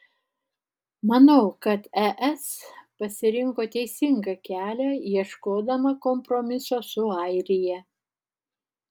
manau kad es pasirinko teisingą kelią ieškodama kompromiso su airija